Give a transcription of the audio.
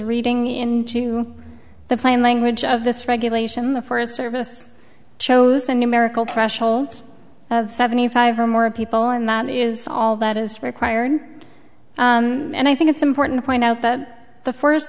reading into the plain language of this regulation the forest service chose the numerical pressure of seventy five or more people and that is all that is required and i think it's important to point out that the forest